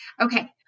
Okay